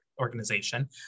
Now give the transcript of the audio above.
organization